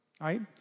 right